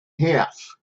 half